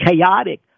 chaotic